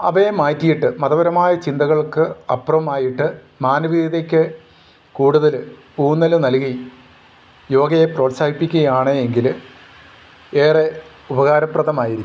അവയെ മാറ്റിയിട്ട് മതപരമായ ചിന്തകൾക്ക് അപ്പുറമായിട്ട് മാനവികതയ്ക്ക് കൂടുതൽ ഊന്നൽ നൽകി യോഗയെ പ്രോത്സാഹിപ്പിക്കുകയാണ് എങ്കിൽ ഏറെ ഉപകാരപ്രദമായിരിക്കും